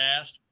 asked